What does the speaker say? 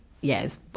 yes